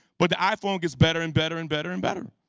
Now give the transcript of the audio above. but the iphone gets better and better and better and better.